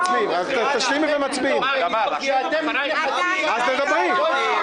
דמוקרטיה נחשבת דמוקרטיה בפעם